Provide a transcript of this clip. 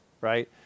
right